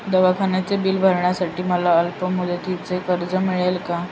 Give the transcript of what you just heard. दवाखान्याचे बिल भरण्यासाठी मला अल्पमुदतीचे कर्ज मिळेल का?